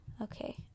Okay